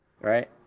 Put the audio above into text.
right